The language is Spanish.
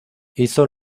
hizo